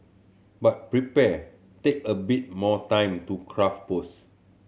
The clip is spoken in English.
but prepare take a bit more time to craft posts